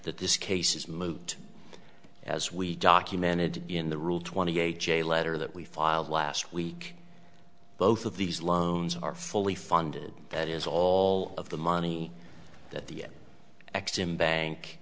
that this case is moot as we documented in the rule twenty eight a letter that we filed last week both of these loans are fully funded that is all of the money that the